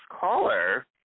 caller